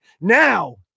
Now